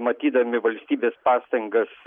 matydami valstybės pastangas